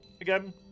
again